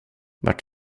vart